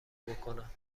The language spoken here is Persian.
بکنم